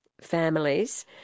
families